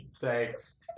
Thanks